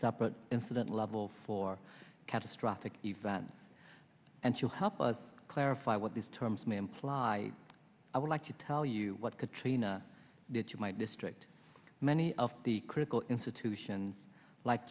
separate incident level for catastrophic event and to help us clarify what these terms may imply i would like to tell you what katrina did to my district many of the critical institution like